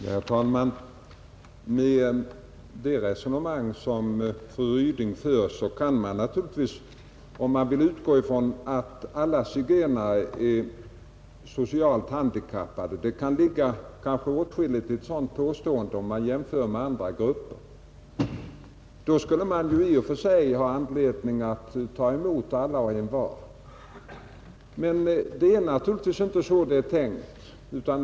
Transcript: Herr talman! Med det resonemang som fru Ryding för kan man naturligtvis om man så vill utgå från att alla zigenare är socialt handikappade. Det kan ligga åtskilligt i ett sådant påstående om man jämför dem med andra grupper. Då skulle man i och för sig ha anledning att ta emot alla och envar. Men det är naturligtvis inte så det är tänkt.